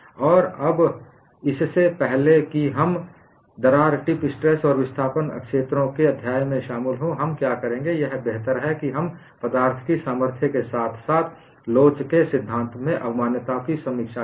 और अब इससे पहले कि हम दरार टिप स्ट्रेस और विस्थापन क्षेत्रों के अध्याय में शामिल हों हम क्या करेंगे यह बेहतर है कि हम पदार्थ की सामर्थ्य के साथ साथ लोच के सिद्धांत में अवमान्यताओं की समीक्षा करें